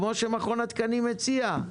כמו שמכון התקנים מציע,